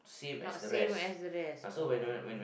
not same as the rest or